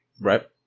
Right